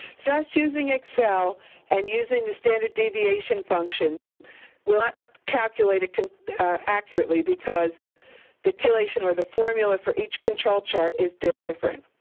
so just using excel and using the standard deviation function will not calculate it accurately, because the calculation or the formula for each control chart is different.